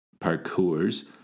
Parkour's